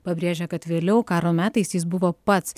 pabrėžia kad vėliau karo metais jis buvo pats